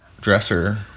dresser